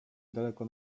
daleko